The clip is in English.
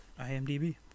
IMDb